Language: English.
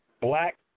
black